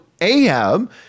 Ahab